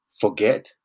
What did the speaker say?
forget